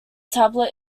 tablet